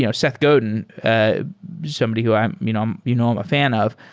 you know seth godin, ah somebody who i'm you know i'm you know um a fan of.